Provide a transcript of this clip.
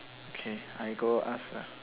okay I go ask lah